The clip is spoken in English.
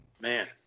man